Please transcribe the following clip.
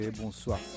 Bonsoir